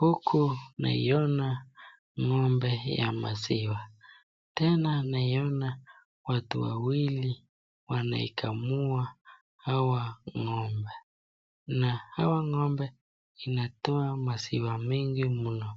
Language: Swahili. Huku naiona ng'ombe ya maziwa, tena naiona watu wawili, wanaikamua hawa ng'ombe, na hawa ng'ombe inatoa maziwa mingi mno,